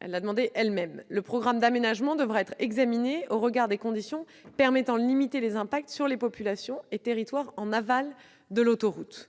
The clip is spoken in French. avec vigilance. Le programme d'aménagement devra être examiné au regard des conditions permettant de limiter les incidences sur les populations et territoires en aval de l'autoroute.